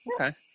Okay